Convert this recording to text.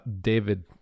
David